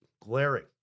glaring